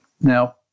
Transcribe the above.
Now